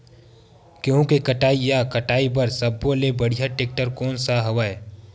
गेहूं के कटाई या कटाई बर सब्बो ले बढ़िया टेक्टर कोन सा हवय?